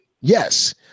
yes